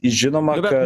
žinoma yra